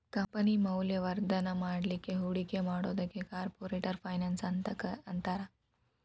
company ಮೌಲ್ಯವರ್ಧನ ಮಾಡ್ಲಿಕ್ಕೆ ಹೂಡಿಕಿ ಮಾಡೊದಕ್ಕ ಕಾರ್ಪೊರೆಟ್ ಫೈನಾನ್ಸ್ ಅಂತಾರ